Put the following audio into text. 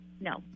No